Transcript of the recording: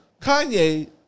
Kanye